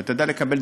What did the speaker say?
ואתה יודע,